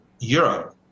europe